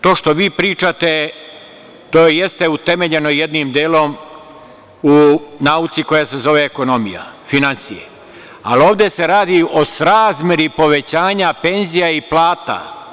To što vi pričate, to jeste utemeljeno jednim delom u nauci koja se zove ekonomija, finansije, ali ovde se radi o srazmeri povećanja penzija i plata.